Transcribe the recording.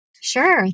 Sure